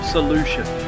Solution